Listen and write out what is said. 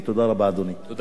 לחבר הכנסת גאלב מג'אדלה.